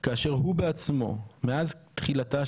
וכאשר אתה מרגיש נפגע,